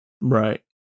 Right